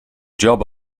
job